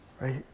right